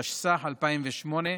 התשס"ח 2008,